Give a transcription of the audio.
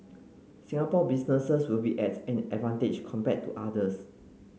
Singapore businesses will be at an advantage compared to others